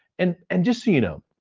and and just, you know,